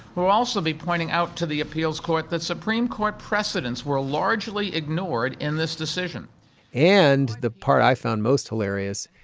we'll also be pointing out to the appeals court that supreme court precedents were largely ignored in this decision and the part i found most hilarious,